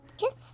Yes